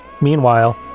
Meanwhile